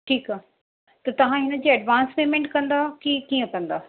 ठीकु आहे त तव्हां हिन जी एडवांस पेंमेंट कंदा की कीअं कंदा